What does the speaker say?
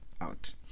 out